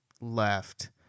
left